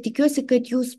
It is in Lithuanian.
tikiuosi kad jūs